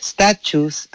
Statues